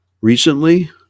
recently